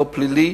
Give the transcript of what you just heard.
לא פלילי,